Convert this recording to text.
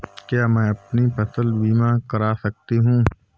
क्या मैं अपनी फसल बीमा करा सकती हूँ?